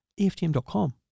eftm.com